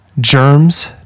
Germs